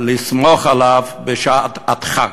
כדאי לסמוך עליו בשעת הדחק.